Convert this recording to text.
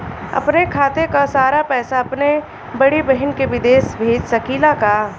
अपने खाते क सारा पैसा अपने बड़ी बहिन के विदेश भेज सकीला का?